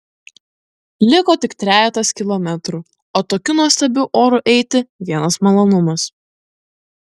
liko tik trejetas kilometrų o tokiu nuostabiu oru eiti vienas malonumas